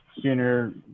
sooner